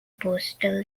postal